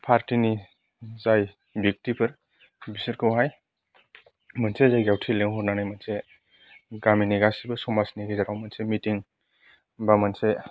फार्तिनि जाय ब्येक्तिफोर बिसोरखौहाय मोनसे जायगायाव थि लिंहरनानै मोनसे गामिनि गासैबो समाजनि गेजेरावनो मोनसे मितिं बा मोनस